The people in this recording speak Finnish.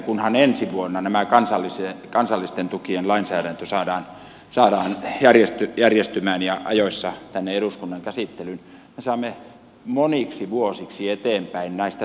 kunhan ensi vuonna näiden kansallisten tukien lainsäädäntö saadaan järjestymään ja ajoissa tänne eduskunnan käsittelyyn me saamme moniksi vuosiksi eteenpäin näistä tukijärjestelmistä selkoa